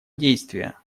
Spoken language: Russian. действия